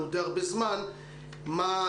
את